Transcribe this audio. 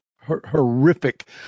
horrific